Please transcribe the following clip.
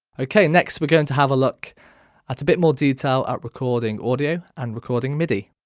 ok next we're going to have a look at a bit more detail at recording audio and recording midi.